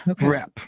rep